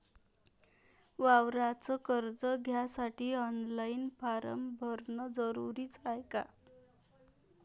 वावराच कर्ज घ्यासाठी ऑनलाईन फारम भरन जरुरीच हाय का?